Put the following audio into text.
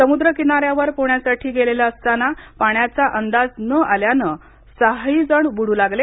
समुद्रकिनाऱ्यावर पोहण्यासाठी गेले असता पाण्याचा अंदाज न आल्यानं सहाही जण बुडू लागले